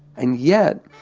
and yet